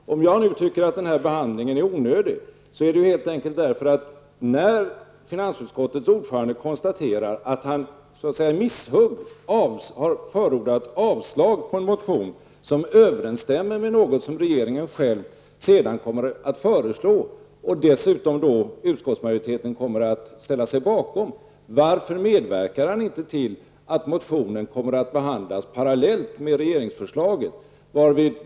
Om jag nu tycker att den här behandlingen är onödig är det helt enkelt därför att när finansutskottets ordförande konstaterar att han så att säga i misshugg har förordat avslag på en motion som överensstämmer med något som regeringen själv senare kommit att föreslå och som utskottsmajoriteten dessutom kommer att ställa sig bakom -- varför medverkar Hans Gustafsson då inte till att motionen kommer att behandlas parallellt med regeringsförslaget?